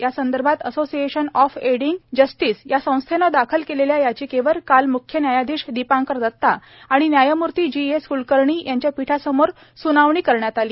यासंदर्भात association of adding justice या संस्थेनच दाखल केलेल्या याचिकेवर काल म्ख्य न्यायाधीश दीपांकर दत्ता आणि न्यायमर्ती जी एस क्लकर्णी यांच्या पीठासमोर स्नावणी झाली